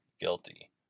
guilty